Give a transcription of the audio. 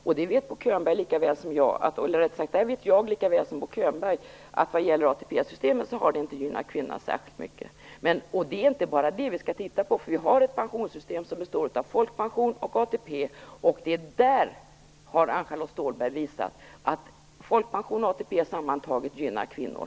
Jag vet lika bra som Bo Könberg att ATP-systemet inte har gynnat kvinnor särskilt mycket. Det är inte bara det vi skall titta på. Vi har ett pensionssystem som består av folkpension och ATP. Ann-Charlotte Ståhlberg har visat att folkpension och ATP sammantaget gynnar kvinnor.